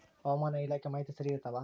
ಹವಾಮಾನ ಇಲಾಖೆ ಮಾಹಿತಿ ಸರಿ ಇರ್ತವ?